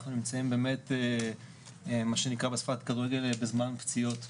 אנחנו נמצאים במה שנקרא בשפת הכדורגל 'זמן פציעות'.